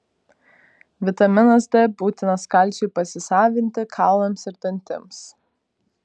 vitaminas d būtinas kalciui pasisavinti kaulams ir dantims